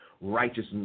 righteousness